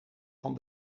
van